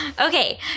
Okay